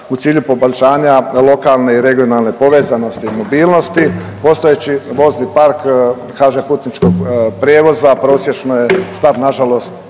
u cilju poboljšanja lokalne i regionalne povezanosti i mobilnosti. Postojeći vozni park HŽ putničkog prijevoza prosječno je star na žalost